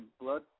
Blood